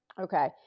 Okay